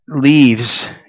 leaves